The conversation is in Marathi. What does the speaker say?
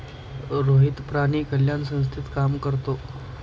रोहित प्राणी कल्याण संस्थेत काम करतो